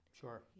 sure